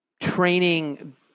training